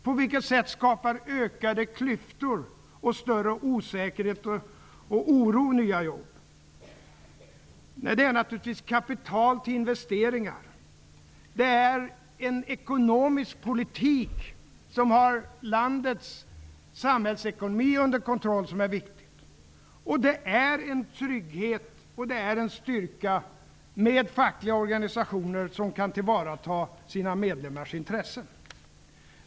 På vilket sätt skapar ökade klyftor och större osäkerhet nya jobb? Det viktiga är naturligtvis att det finns kapital till investeringar och en ekonomisk politik som har landets samhällsekonomi under kontroll. Det är också en trygghet och styrka med fackliga organisationer som kan tillvarata sina medlemmars intresse.